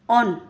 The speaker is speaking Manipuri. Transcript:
ꯑꯣꯟ